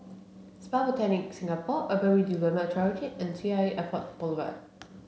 Spa Botanic Singapore Urban Redevelopment Authority and T l Airport Boulevard